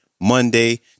Monday